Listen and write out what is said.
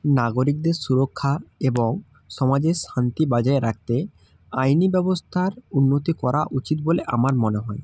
নাগরিকদের সুরক্ষা এবং সমাজের শান্তি বাজায় রাখতে আইনি ব্যবস্থার উন্নতি করা উচিত বলে আমার মনে হয়